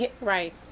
right